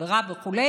חבריו וכו',